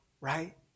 right